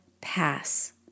pass